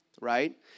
right